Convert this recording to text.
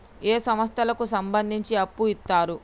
ఏ సంస్థలకు సంబంధించి అప్పు ఇత్తరు?